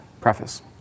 Preface